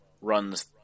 runs